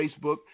Facebook